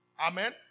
Amen